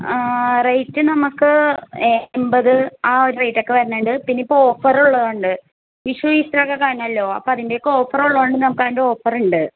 rate നമുക്ക് എൺപത് ആ ഒരു റേറ്റൊക്കെ വരുന്നുണ്ട് പിന്നെ ഇപ്പോൾ ഓഫർ ഉള്ളതുണ്ട് വിഷു ഈസ്ടറൊക്കെ കഴിഞ്ഞല്ലോ അപ്പം അതിൻ്റെ ഒക്കെ ഓഫർ ഉള്ളതു കൊണ്ട് നമുക്ക് അതിൻ്റെ ഓഫറുണ്ട്